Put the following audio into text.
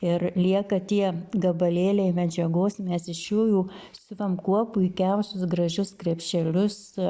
ir lieka tie gabalėliai medžiagos mes iš jų jau siuvam kuo puikiausius gražius krepšelius